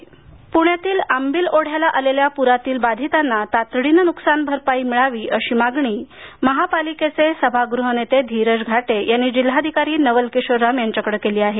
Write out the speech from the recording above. पूरबाधित पूरबाधित पुण्यातील आंबील ओढ्याला आलेल्या पुरातील बाधितांना तातडीने नुकसान भरपाई मिळावी अशी मागणी महापालिकेचे सभागृह नेते धीरज घाटे यांनी जिल्हाधिकारी नवल किशोर राम यांच्याकडे केली आहे